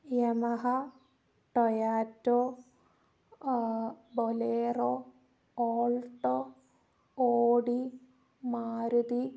Yamaha Toyota Bolero Alto Audi Maruti